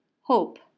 hope